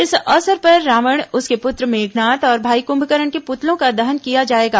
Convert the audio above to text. इस अवसर पर रावण उसके पुत्र मेघनाद और भाई कुम्भकर्ण के पुतलों का दहन किया जाएगा